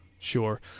Sure